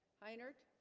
hi nerd